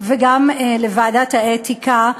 וגם לוועדת האתיקה,